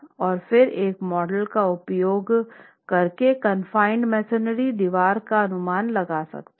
और फिर एक मॉडल का उपयोग करके कानफाइण्ड मेसनरी दिवार का अनुमान लगा सकते है